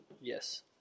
yes